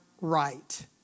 right